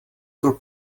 byl